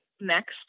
next